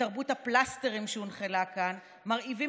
בתרבות הפלסטרים שהונחלה כאן מרעיבים